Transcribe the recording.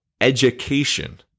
education